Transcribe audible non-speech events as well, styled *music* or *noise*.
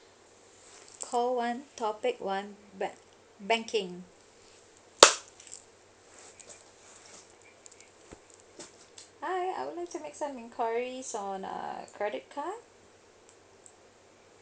call one topic one banking *noise* hi I would like to make some enquiries on err credit card